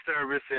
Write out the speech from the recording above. service